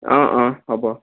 অঁ অঁ হ'ব